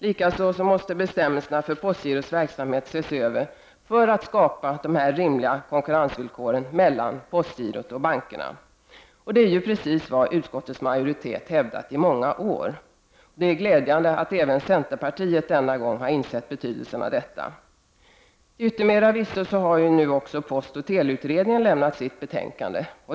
Likaså måste bestämmelserna för postgirots verksamhet ses över för att man skall kunna skapa rimliga konkurrensvillkor mellan postgirot och bankerna. Detta är precis vad utskottets majoritet har hävdat under många år. Det är glädjande att även centerpartiet denna gång har insett betydelsen härav. Till yttermera visso har numera postoch teleutredningen avlämnat sitt betänkande.